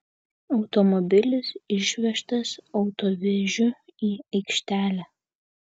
automobilis išvežtas autovežiu į aikštelę